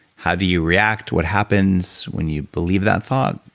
how do you react? what happens when you believe that thought,